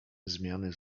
zmiany